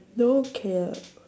no one care lah